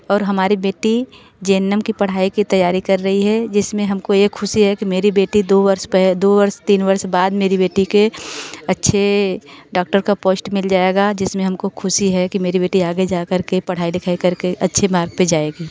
और हमारी बेटी जे एन एम की पढ़ाई की तैयारी कर रही है जिसमें हमको एक खुशी है कि मेरी बेटी दो वर्ष पर दो वर्ष तीन वर्ष बाद मेरी बेटी के अच्छे डॉक्टर का पोस्ट मिल जाएगा जिसमें हमको खुशी है कि मेरी बेटी आगे जा कर के पढ़ाई लिखाई करके अच्छे मार्ग पर जाएगी